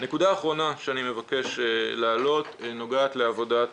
נקודה אחרונה שאני מבקש להעלות נוגעת לעבודת